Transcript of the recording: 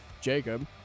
Jacob